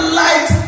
light